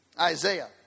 Isaiah